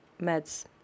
meds